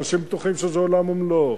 אנשים בטוחים שזה עולם ומלואו,